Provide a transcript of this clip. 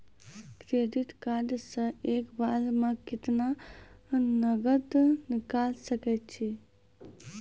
Debit card से एक बार मे केतना नगद निकाल सके छी?